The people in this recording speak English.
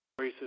Racist